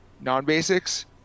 non-basics